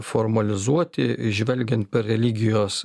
formalizuoti žvelgiant per religijos